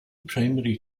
primary